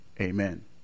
Amen